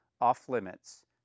off-limits